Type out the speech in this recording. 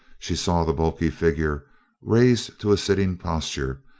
she saw the bulky figure raised to a sitting posture,